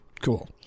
Cool